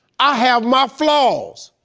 i have my flaws,